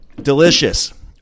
Delicious